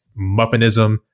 muffinism